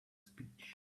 speech